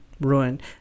ruined